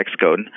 Xcode